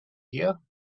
here